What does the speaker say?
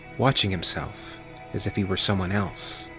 watching himself as if he were someone else.